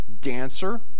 dancer